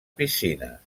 piscines